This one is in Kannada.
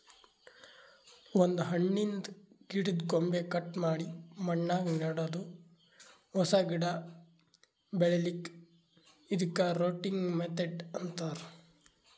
ಒಂದ್ ಹಣ್ಣಿನ್ದ್ ಗಿಡದ್ದ್ ಕೊಂಬೆ ಕಟ್ ಮಾಡಿ ಮಣ್ಣಾಗ ನೆಡದು ಹೊಸ ಗಿಡ ಬೆಳಿಲಿಕ್ಕ್ ಇದಕ್ಕ್ ರೂಟಿಂಗ್ ಮೆಥಡ್ ಅಂತಾರ್